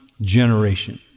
generation